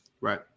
right